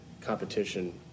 competition